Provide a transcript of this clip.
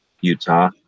utah